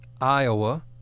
Iowa –